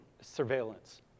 surveillance